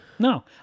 No